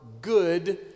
good